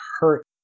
hurt